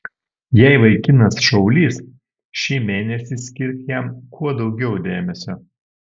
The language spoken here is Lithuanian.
jei vaikinas šaulys šį mėnesį skirk jam kuo daugiau dėmesio